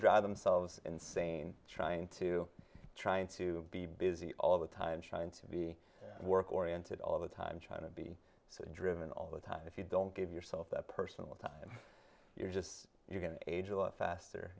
drive themselves insane trying to trying to be busy all the time trying to be work oriented all the time trying to be so driven all the time if you don't give yourself that person with that you're just you're going to age a lot faster